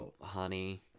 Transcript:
honey